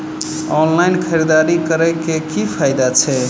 Online खरीददारी करै केँ की फायदा छै?